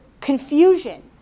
confusion